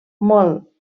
molt